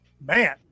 Man